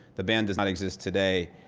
the ban does not exist today.